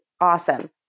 awesome